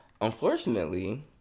Unfortunately